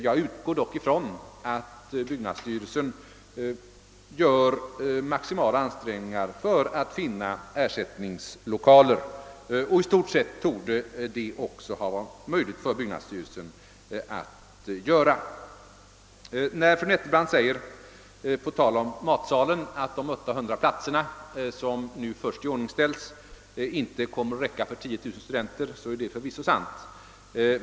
Jag utgår dock från att byggnadsstyrelsen gör maximala ansträngningar för att finna ersättningslokaler. I stort. sett torde det också ha varit möjligt för byggnadsstyrelsen att göra det. Fru Nettelbrandt säger på tal om matsalen att de 800 platser som först nu iordningställts inte kommer att räcka för 10 000 studenter, vilket förvisso är sant.